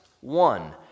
One